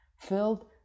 filled